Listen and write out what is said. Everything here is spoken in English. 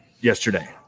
yesterday